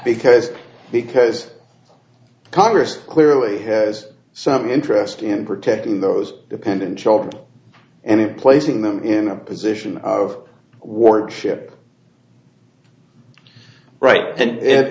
because because congress clearly has some interest in protecting those dependent children and placing them in a position of warship right then and it